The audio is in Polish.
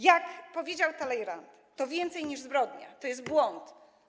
Jak powiedział Talleyrand - to więcej niż zbrodnia, to jest błąd.